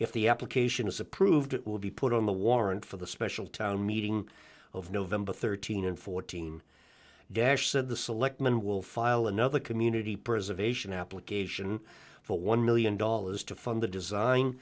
if the application is approved it will be put on the warrant for the special town meeting of november thirteen dollars fourteen cents dash said the selectman will file another community preservation application for one million dollars to fund the design